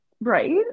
right